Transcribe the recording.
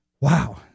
Wow